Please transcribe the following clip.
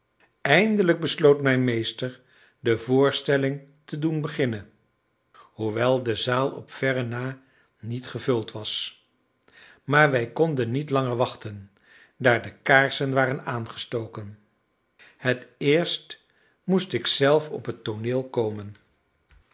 eindelijk besloot mijn meester de voorstelling te doen beginnen hoewel de zaal op verre na niet gevuld was maar wij konden niet langer wachten daar de kaarsen waren aangestoken het eerst moest ik zelf op het tooneel komen